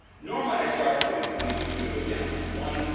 normally i start from twenty two and go down to one.